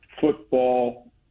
football